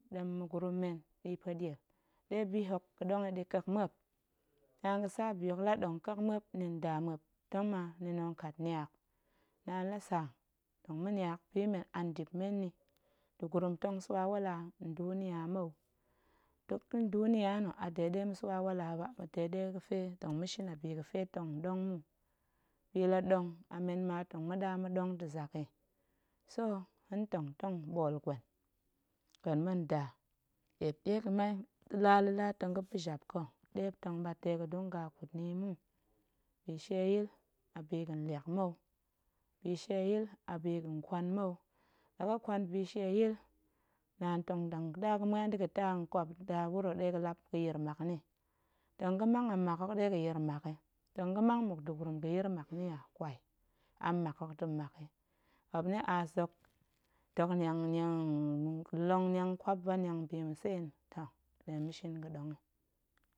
Ɗem ma̱gurum men ɗi pueɗiel ɗe bi hok ga̱ɗong yi ɗi ƙek muop, naan ga̱sa bi hok la ɗong ƙek muop ni nda muop ta̱ ma ni tong kat niag, naan lasa tong ma̱niag bi men a ndip men nni nda̱gurum tong swa wala nduniya mou, dok nduniya a de ɗe ma̱swa wala ba, a de ɗe ga̱fe tong ma̱shin bi ga̱fe tong ɗong mu, bi laɗong a men ma tong ɗa ma̱ɗong ta̱ zak yi, so hen ntong tong mɓool gwen, gwen ma̱nda eep ɗie ga̱mai la̱la la̱la tong ga̱pa̱ jap ga̱, ɗe muop ga̱ɓat dega̱ gunga tong kut ni yi mu, bishieyil a bi ga̱nliak mou, bishieyil a biga̱n nkwan mou, la ga̱ kwan bishieyil naan, tong ɗa ga̱ muen da̱ga̱ taa a nƙwapnda ɗe ga̱lap ga̱yir mmak nni, tong ga̱mang a mmak hok ɗe ga̱yir mmak yi, tong ga̱mang mmuk nda̱gurum ɗe ga̱yir yi nni wa, kwai a mmak hok ta̱ mmak yi, muop yi aas dok long niang kwap ba niang a bi mma̱ seen, toh ma̱nɗe ma̱shin ga̱ɗong yi.